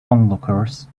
onlookers